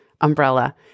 umbrella